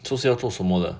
做这样要做什么的